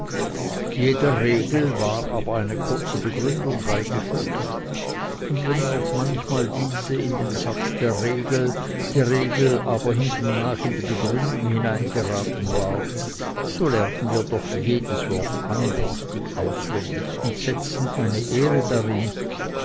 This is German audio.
jeder regel war aber eine kurze begründung beigefügt und wenn auch manchmal diese in den satz der regel die regel aber hintennach in die begründung hineingeraten war so lernten wir doch alle jedes wort andächtig auswendig und setzten eine ehre darein